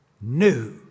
new